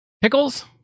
Pickles